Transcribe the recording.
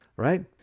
right